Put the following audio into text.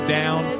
down